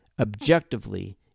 objectively